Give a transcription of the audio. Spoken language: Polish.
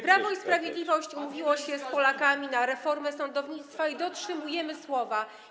Prawo i Sprawiedliwość umówiło się z Polakami na reformę sądownictwa i dotrzymujemy słowa.